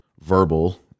verbal